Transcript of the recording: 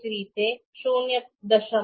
એ જ રીતે ૦